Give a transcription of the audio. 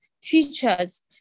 teachers